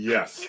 Yes